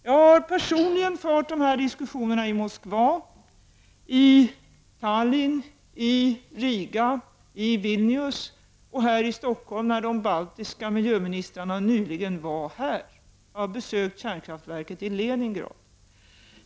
Jag har personligen fört dessa diskussioner i Moskva, i Tallinn, i Riga och i Vilnius — och här i Stockholm när de baltiska miljöministrarna nyligen var här. Jag har även besökt kärnkraftverket i Leningrad.